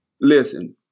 Listen